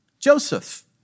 Joseph